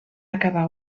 acabar